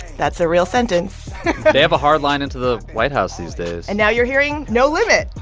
that's a real sentence they have a hard line into the white house these days and now you're hearing no limit,